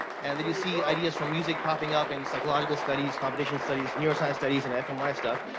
and that you see ideas from music popping up in psychological studies, computational studies, neuro-science studies and fmri stuff.